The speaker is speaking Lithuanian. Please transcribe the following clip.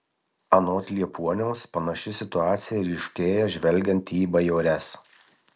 anot liepuoniaus panaši situacija ryškėja žvelgiant į bajores